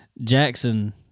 Jackson